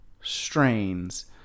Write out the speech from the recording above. strains